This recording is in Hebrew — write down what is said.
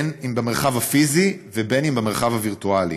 בין אם במרחב הפיזי ובין אם במרחב הווירטואלי,